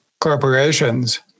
corporations